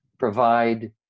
Provide